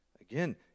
Again